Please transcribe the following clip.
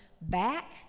back